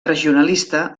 regionalista